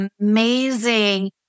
amazing